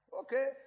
Okay